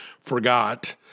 forgot